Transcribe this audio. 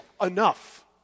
enough